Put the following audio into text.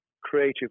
creative